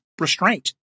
restraint